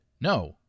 no